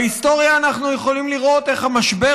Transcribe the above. בהיסטוריה אנחנו יכולים לראות איך המשבר